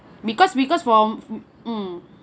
because because while mm